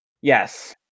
Yes